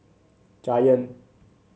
giant